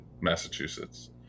Massachusetts